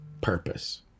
purpose